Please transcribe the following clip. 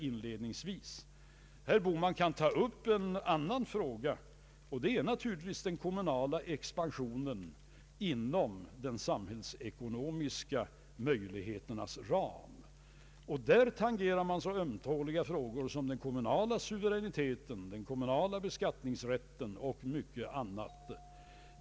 Men herr Bohman kan ta upp frågan om den kommunala expansionen inom de samhällsekonomiska möjligheternas ram. Där tangerar man så ömtåliga frågor som den kommunala suveräniteten, den kommunala beskattningsrätten och mycket annat.